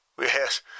Yes